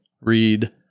read